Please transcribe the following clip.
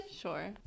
Sure